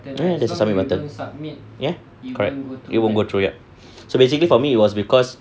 ya there's a submit button ya correct it won't go through yup so basically for me it was because